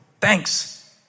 thanks